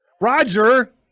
roger